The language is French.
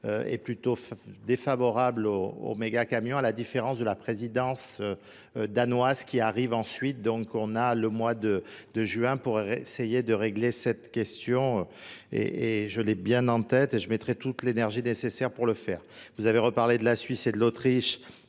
est plutôt défavorable au méga camion à la différence de la présidence danoise qui arrive ensuite donc on a le mois de juin pour essayer de régler cette question et je l'ai bien en tête et je mettrai toute l'énergie nécessaire pour le faire. Vous avez reparlé de la Suisse et de l'Autriche,